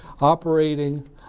Operating